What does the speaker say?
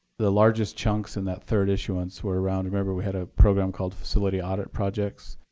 the largest chunks in that third issuance were around remember, we had a program called facility audit projects